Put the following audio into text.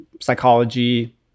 psychology